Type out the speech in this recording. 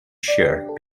shared